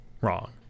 wrong